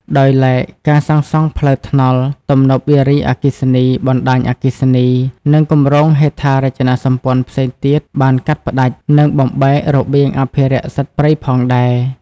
ដោយឡែកការសាងសង់ផ្លូវថ្នល់ ទំនប់វារីអគ្គិសនី បណ្តាញអគ្គិសនី និងគម្រោងហេដ្ឋារចនាសម្ព័ន្ធផ្សេងទៀតបានកាត់ផ្តាច់ និងបំបែករបៀងអភិរក្សសត្វព្រៃផងដែរ។